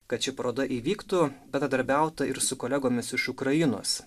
kad ši paroda įvyktų bendradarbiauta ir su kolegomis iš ukrainos